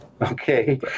okay